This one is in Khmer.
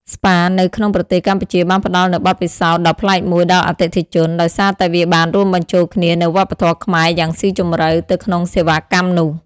ស្ប៉ានៅក្នុងប្រទេសកម្ពុជាបានផ្តល់នូវបទពិសោធន៍ដ៏ប្លែកមួយដល់អតិថិជន ដោយសារតែវាបានរួមបញ្ចូលគ្នានូវវប្បធម៌ខ្មែរយ៉ាងស៊ីជម្រៅ ទៅក្នុងសេវាកម្មនោះ។